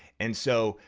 and so,